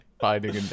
finding